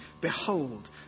behold